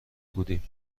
بودیم